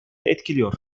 etkiliyor